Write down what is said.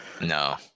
No